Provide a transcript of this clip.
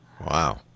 Wow